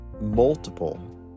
multiple